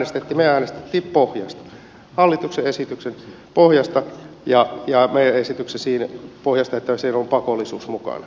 me äänestimme pohjasta hallituksen esityksen pohjasta ja meidän esityksestämme siitä pohjasta että siinä on pakollisuus mukana